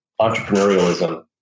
entrepreneurialism